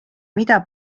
mida